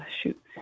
shoot